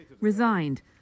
resigned